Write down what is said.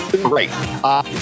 great